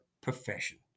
profession